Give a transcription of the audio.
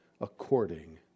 according